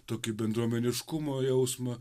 tokį bendruomeniškumo jausmą